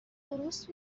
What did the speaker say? درست